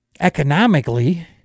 economically